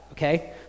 Okay